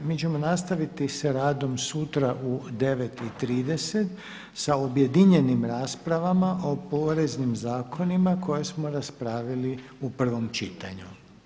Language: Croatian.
Mi ćemo nastaviti sa radom sutra u 9,30 sa objedinjenim raspravama o poreznim zakonima koje smo raspravili u prvom čitanju.